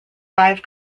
five